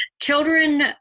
children